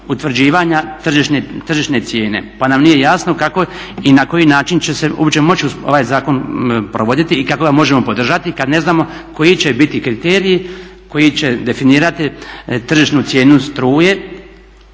utvrđivanja tržišne cijene. Pa nam nije jasno kako i na koji način će se uopće moći ovaj zakon provoditi i kako ga možemo podržati kada ne znamo koji će biti kriteriji, koji će definirati tržišnu cijenu struje